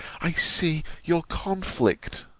i see your conflict!